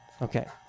Okay